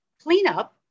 cleanup